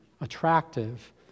attractive